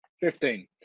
Fifteen